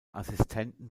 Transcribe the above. assistenten